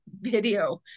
video